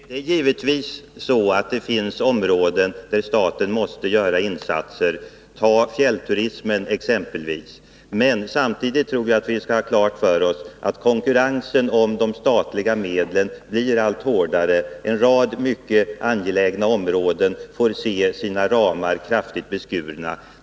Herr talman! Givetvis finns det områden där staten måste göra insatser, t.ex. beträffande fjällturismen. Men samtidigt tror jag att vi skall ha klart för oss att konkurrensen om de statliga medlen blir allt hårdare. En rad mycket angelägna områden får se sina ramar kraftigt beskurna.